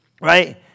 Right